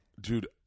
Dude